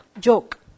joke